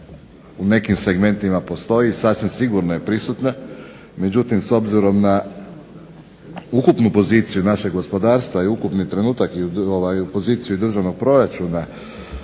u nekim segmentima postoji i sasvim sigurno je prisutna. Međutim, s obzirom na ukupnu poziciju našeg gospodarstva i ukupni trenutak i poziciju državnog proračuna